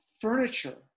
furniture